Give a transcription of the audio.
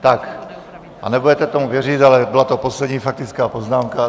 Tak a nebudete tomu věřit, ale byla to poslední faktická poznámka.